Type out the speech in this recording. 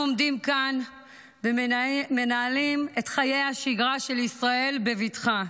עומדים כאן ומנהלים את חיי השגרה של ישראל בבטחה.